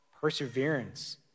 perseverance